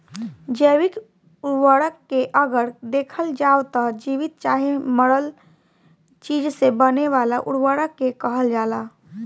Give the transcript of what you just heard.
जैविक उर्वरक के अगर देखल जाव त जीवित चाहे मरल चीज से बने वाला उर्वरक के कहल जाला